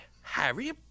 Harry